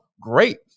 great